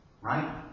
Right